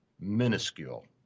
minuscule